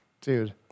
Dude